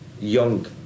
young